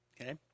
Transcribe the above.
Okay